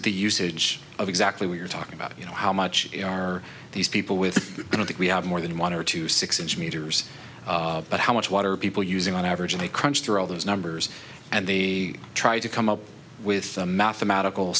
at the usage of exactly we are talking about you know how much are these people with i don't think we have more than one or two six inch meters but how much water people using on average they crunch through all those numbers and they try to come up with a mathematical